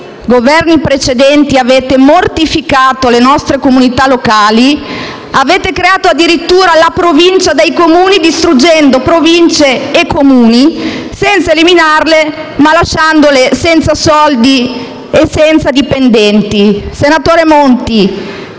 Governi precedenti, avete mortificato le nostre comunità locali. Avete creato addirittura la Provincia dai Comuni, distruggendo Province e Comuni, senza eliminare le prime, ma lasciandole senza soldi e dipendenti. Senatore Monti,